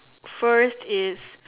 first is